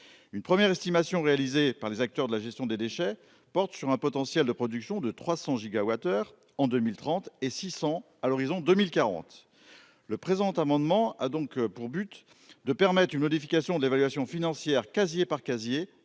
une première estimation réalisée par des acteurs de la gestion des déchets, porte sur un potentiel de production de 300 GWh en 2030 et 600 à l'horizon 2040 le présent amendement a donc pour but de permettre une modification de l'évaluation financière casier par casier